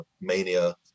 mania